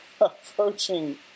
approaching